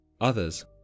others